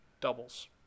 doubles